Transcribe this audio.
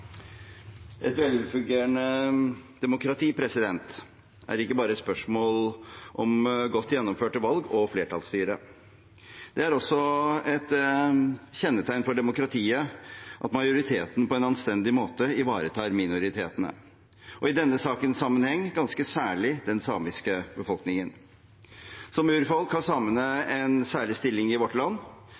Et velfungerende demokrati er ikke bare et spørsmål om godt gjennomførte valg og flertallsstyre. Det er også et kjennetegn på demokratiet at majoriteten på en anstendig måte ivaretar minoritetene, og i denne sakens sammenheng ganske særlig den samiske befolkningen. Som urfolk har samene en særlig stilling i vårt land.